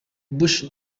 bush